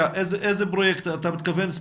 לאיזה פרויקט אתה מתכוון?